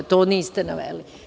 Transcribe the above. To niste naveli.